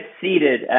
seated